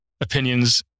opinions